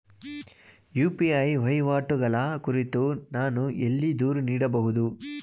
UPI ವಹಿವಾಟುಗಳ ಕುರಿತು ನಾನು ಎಲ್ಲಿ ದೂರು ನೀಡಬಹುದು?